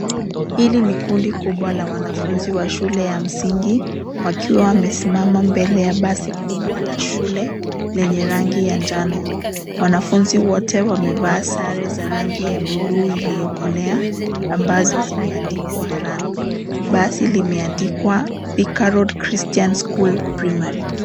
Hili ni kundi kubwa la wanafunzi wa shule ya msingi wakiwa wamesimama mbele ya basi kubwa la shule lenye rangi ya njano ,wanafunzi wote wamevaa sare za rangi ya buluu iliyokolea ambazo zimeandikwa run, basi limeandikwa Thika road Christian school primary.